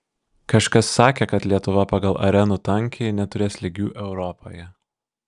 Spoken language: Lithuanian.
kažkas sakė kad lietuva pagal arenų tankį neturės lygių europoje